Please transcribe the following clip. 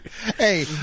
Hey